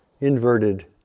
inverted